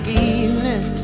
evening